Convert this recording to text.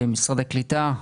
משרד הקליטה,